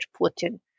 Putin